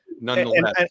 nonetheless